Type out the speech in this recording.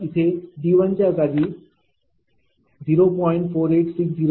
तर येथे D च्या जागी 0